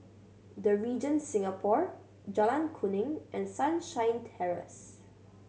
The Regent Singapore Jalan Kuning and Sunshine Terrace